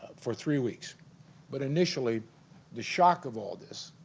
for three weeks but initially the shock of all this